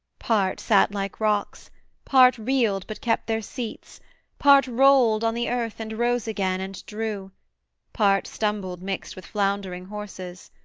part sat like rocks part reeled but kept their seats part rolled on the earth and rose again and drew part stumbled mixt with floundering horses.